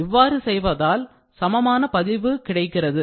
இவ்வாறு செய்வதால் சமமான பதிவு கிடைக்கிறது